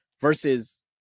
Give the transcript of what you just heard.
versus